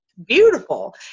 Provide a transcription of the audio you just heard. beautiful